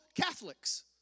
Catholics